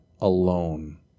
alone